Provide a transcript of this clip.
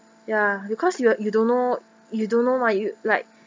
ya because you you don't know you don't know mah you like